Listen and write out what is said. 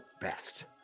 best